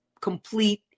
complete